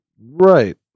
right